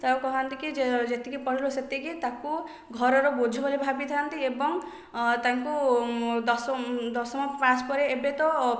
କହନ୍ତି କି ଯେ ଯେତିକି ପଢ଼ିଲ ସେତିକି ତାକୁ ଘରର ବୋଝ ଭଳି ଭାବିଥାନ୍ତି ଏବଂ ତାଙ୍କୁ ଦଶ ଦଶମ ପାସ୍ ପରେ ଏବେ ତ